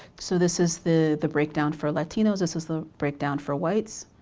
so this is the the breakdown for latinos. this is the breakdown for whites.